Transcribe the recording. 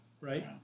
right